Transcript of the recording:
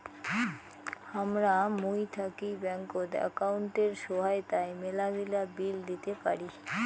হামরা মুই থাকি ব্যাঙ্কত একাউন্টের সহায়তায় মেলাগিলা বিল দিতে পারি